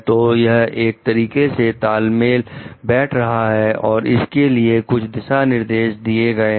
तो यह 1 तरीके से तालमेल बैठा रहा है और इसके लिए कुछ दिशा निर्देश दे दिए गए हैं